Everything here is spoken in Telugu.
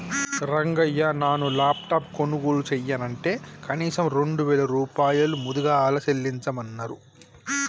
రంగయ్య నాను లాప్టాప్ కొనుగోలు చెయ్యనంటే కనీసం రెండు వేల రూపాయలు ముదుగలు చెల్లించమన్నరు